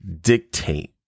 dictate